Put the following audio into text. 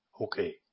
Okay